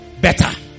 better